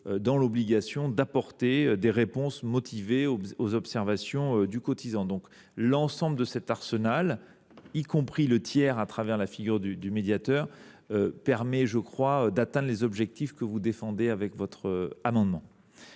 dans l’obligation d’apporter des réponses motivées aux observations du cotisant. L’ensemble de cet arsenal, y compris la présence d’un tiers au travers de la figure du médiateur, permet à mon sens d’atteindre les objectifs que vous défendez au travers de votre amendement.